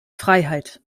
freiheit